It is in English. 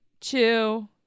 two